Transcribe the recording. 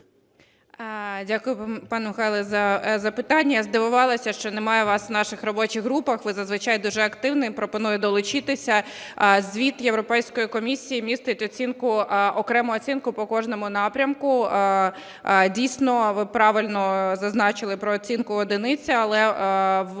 Дякую, пане Михайле, за запитання. Здивувалася, що немає вас у наших робочих групах. Ви зазвичай дуже активний, пропоную долучитись. Звіт Європейської комісії містить оцінку, окрему оцінку по кожному напрямку. Дійсно, ви правильно зазначили про оцінку одиниця. Але